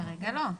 כרגע לא.